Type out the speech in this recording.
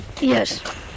Yes